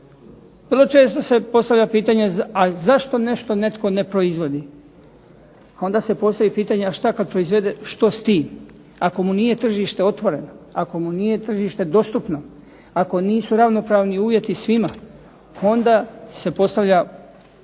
Vrlo često se postavlja pitanje a zašto nešto netko ne proizvodi? A onda se postavi pitanje, a što kad proizvede, što s tim? Ako mu nije tržište otvoreno, ako mu nije tržište dostupno, ako nisu ravnopravni uvjeti svima onda se postavlja